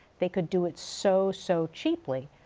they could do it so, so cheaply.